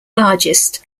largest